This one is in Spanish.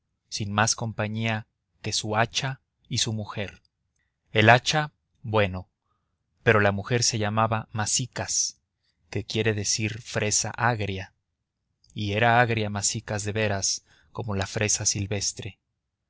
sin más compañía que su hacha y su mujer el hacha bueno pero la mujer se llamaba masicas que quiere decir fresa agria y era agria masicas de veras como la fresa silvestre